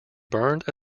burned